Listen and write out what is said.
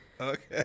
Okay